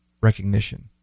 recognition